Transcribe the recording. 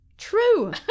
True